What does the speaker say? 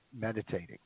meditating